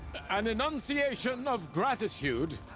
an annunciation of gratitude.